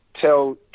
tell